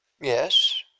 Yes